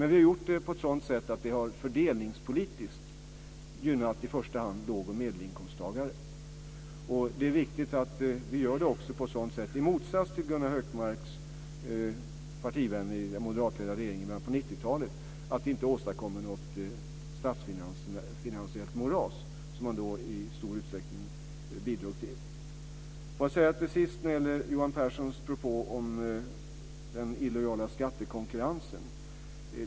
Men vi har gjort det på ett sådant sätt att det fördelningspolitiskt i första hand har gynnat låg och medelinkomsttagare. Det är viktigt att vi också gör det på ett sådant sätt - i motsats till Gunnar Hökmarks partivänner i den moderatledda regeringen i början av 90-talet - att vi inte åstadkommer något statsfinansiellt moras som man då i stor utsträckning bidrog till. Till sist till Johan Pehrsons propå om den illojala skattekonkurrensen.